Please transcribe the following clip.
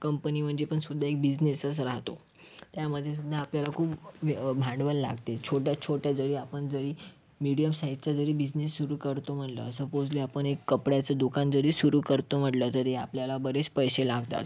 company म्हणजे पण सुद्धा एक बिजनेसच राहतो त्यामध्ये सुद्धा आपल्याला खूप भांडवल लागते छोट्यात छोटा जरी आपण जरी मिडीयम साइजचा जरी बिजनेस सुरु करतो म्हणलं सपोजली आपण एक कपड्याचं दुकान जरी सुरु करतो म्हटलं तरी आपल्याला बरेच पैसे लागतात